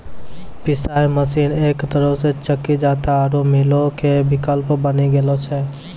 पिशाय मशीन एक तरहो से चक्की जांता आरु मीलो के विकल्प बनी गेलो छै